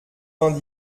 vingt